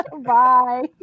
Bye